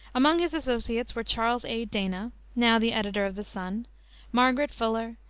among his associates were charles a. dana now the editor of the sun margaret fuller,